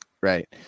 Right